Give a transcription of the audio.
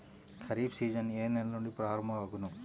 Kharif season ఏ నెల నుండి ప్రారంభం అగును?